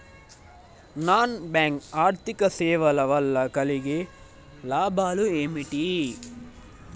Non bank ఆర్థిక సేవల వల్ల కలిగే లాభాలు ఏమిటి?